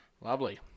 Lovely